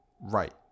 Right